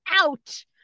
out